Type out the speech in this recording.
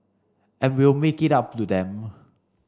and we'll make it up to them